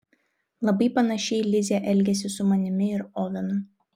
labai panašiai lizė elgėsi su manimi ir ovenu